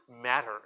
matter